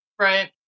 Right